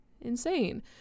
insane